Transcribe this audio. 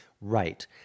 Right